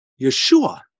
Yeshua